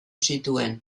zituen